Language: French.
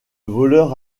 voleur